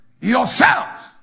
yourselves